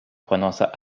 prononça